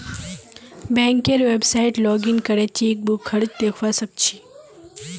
बैंकेर website login करे chequebook खर्च दखवा स ख छि